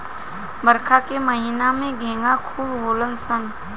बरखा के महिना में घोंघा खूब होखेल सन